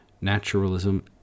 naturalism